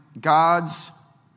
God's